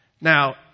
Now